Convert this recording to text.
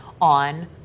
on